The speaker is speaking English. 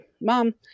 mom